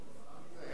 מזה אין תרבות,